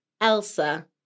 Elsa